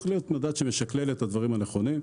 זה צריך להיות מדד שמשכלל את הדברים הנכונים.